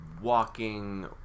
walking